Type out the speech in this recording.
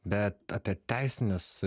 bet apie teisinius